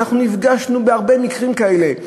ואנחנו נפגשנו בהרבה מקרים כאלה,